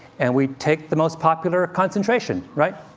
and we take the most popular concentration, right?